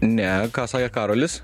ne ką sakė karolis